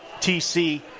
TC